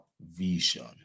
vision